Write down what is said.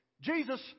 Jesus